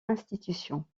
institutions